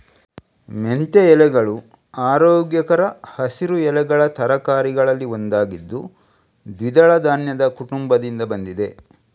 ಮೆಂತ್ಯ ಎಲೆಗಳು ಆರೋಗ್ಯಕರ ಹಸಿರು ಎಲೆಗಳ ತರಕಾರಿಗಳಲ್ಲಿ ಒಂದಾಗಿದ್ದು ದ್ವಿದಳ ಧಾನ್ಯದ ಕುಟುಂಬದಿಂದ ಬಂದಿದೆ